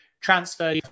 transfer